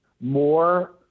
more